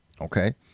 okay